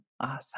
awesome